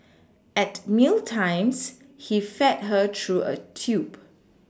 at meal times he fed her through a tube